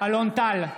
אלון טל,